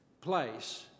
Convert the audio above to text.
place